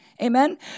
Amen